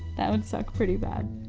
that would suck pretty bad.